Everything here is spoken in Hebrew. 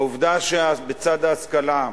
העובדה שבצד ההשכלה,